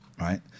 Right